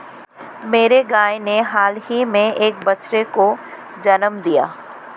मेरी गाय ने हाल ही में एक बछड़े को जन्म दिया